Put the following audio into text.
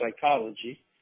psychology